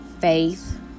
faith